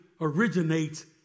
originates